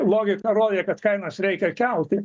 logika rodė kad kainas reikia kelti